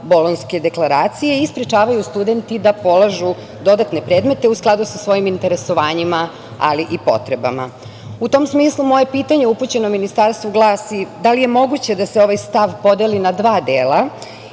Bolonjske deklaracije i sprečavaju studenti da polažu dodatne predmete, u skladu sa svojim interesovanjima, ali i potrebama.U tom smislu moje pitanje upućeno Ministarstvu glasi – da li je moguće da se ovaj stav podeli na dva dela